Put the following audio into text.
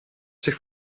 sich